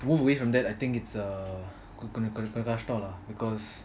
you move away from that I think it's uh கொஞ்சம் கொஞ்சம் கொஞ்சம் கஷ்டம்:konjam konjam konjam kastam because